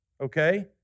Okay